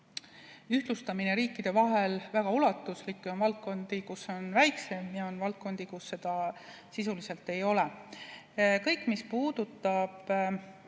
ühtlustamine riikide vahel on väga ulatuslik. On valdkondi, kus see on väiksem, ja on valdkondi, kus seda sisuliselt ei ole. Kõik, mis puudutab